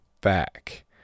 back